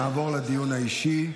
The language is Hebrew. נעבור לדיון האישי.